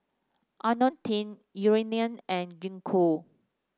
IoniL T Eucerin and Gingko